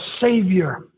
savior